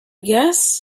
guess